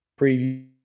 preview